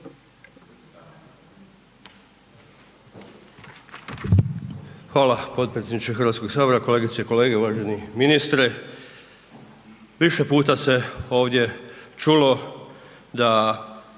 Hvala potpredsjedniče Hrvatskoga sabora, kolegice i kolege, uvaženi ministre. Više puta se ovdje čulo da